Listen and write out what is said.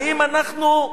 האם אנחנו,